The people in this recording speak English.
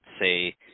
say